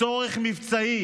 צורך מבצעי,